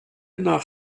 nach